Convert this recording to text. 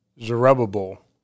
Zerubbabel